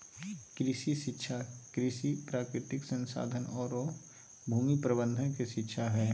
कृषि शिक्षा कृषि, प्राकृतिक संसाधन औरो भूमि प्रबंधन के शिक्षा हइ